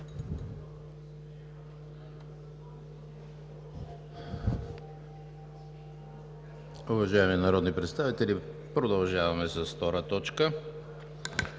Уважаеми народни представители, продължаваме с втора точка